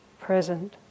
present